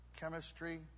chemistry